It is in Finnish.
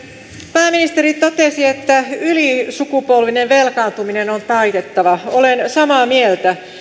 pääministeri totesi että ylisukupolvinen velkaantuminen on taitettava olen samaa mieltä